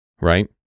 right